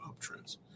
uptrends